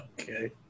Okay